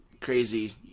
crazy